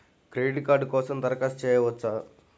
Credit card కోసం దరఖాస్తు చేయవచ్చా?